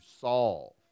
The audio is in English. solve